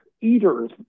Eaters